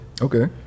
okay